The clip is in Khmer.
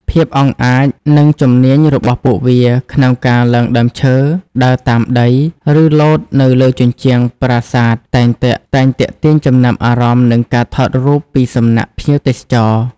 ភាពអង់អាច និងជំនាញរបស់ពួកវាក្នុងការឡើងដើមឈើ ដើរតាមដី ឬលោតនៅលើជញ្ជាំងប្រាសាទ តែងទាក់ទាញចំណាប់អារម្មណ៍ និងការថតរូបពីសំណាក់ភ្ញៀវទេសចរ។